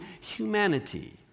humanity